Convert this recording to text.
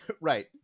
Right